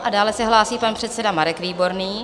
A dále se hlásí pan předseda Marek Výborný.